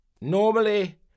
Normally